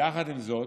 יחד עם זאת,